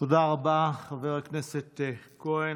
תודה רבה, חבר הכנסת כהן.